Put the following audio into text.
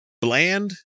bland